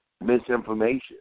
Misinformation